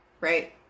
Right